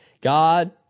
God